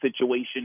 situation